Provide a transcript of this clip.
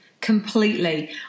Completely